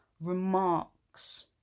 remarks